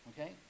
okay